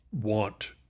want